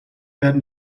werden